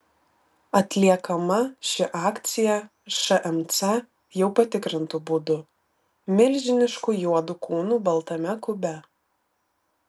atliekama ši akcija šmc jau patikrintu būdu milžinišku juodu kūnu baltame kube